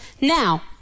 now